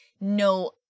no